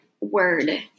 word